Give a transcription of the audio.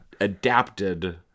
adapted